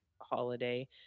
holiday